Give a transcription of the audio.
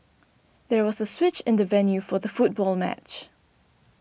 there was a switch in the venue for the football match